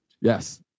Yes